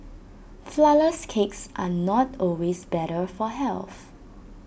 Flourless Cakes are not always better for health